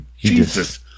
Jesus